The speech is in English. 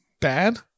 bad